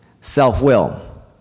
Self-will